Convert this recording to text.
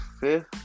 fifth